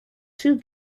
two